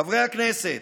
חברי הכנסת,